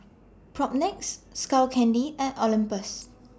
Propnex Skull Candy and Olympus